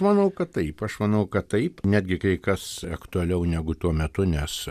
manau kad taip aš manau kad taip netgi kai kas aktualiau negu tuo metu nes